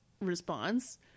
response